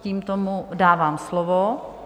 Tímto mu dávám slovo.